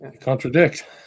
Contradict